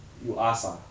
you ask ah